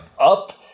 up